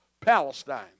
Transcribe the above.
Palestine